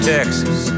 Texas